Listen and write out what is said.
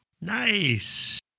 Nice